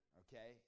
okay